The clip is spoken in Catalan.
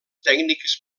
tècnics